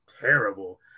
terrible